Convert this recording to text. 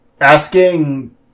asking